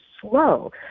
slow